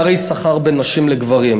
פערי שכר בין נשים לגברים.